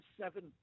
seven